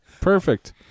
Perfect